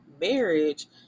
marriage